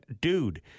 dude